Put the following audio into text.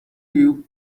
you